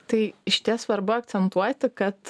tai išties svarbu akcentuoti kad